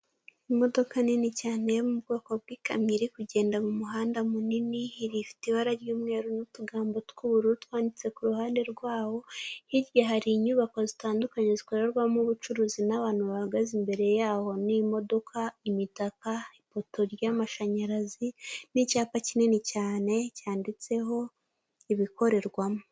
Imodoka nini cyane yo mu bwoko bw'ikamyo iri kugenda mu muhanda munini ufite ibara ry'umweru n'utugambo tw'ubururu twanditse ku ruhande rwawo hirya hari inyubako zitandukanye zikorerwamo ubucuruzi n'abantu bahagaze imbere yaho n'imodoka, imitaka ,ipoto ry'amashanyarazi n'icyapa kinini cyane cyanditseho ibikorerwamo.